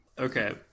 Okay